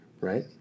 right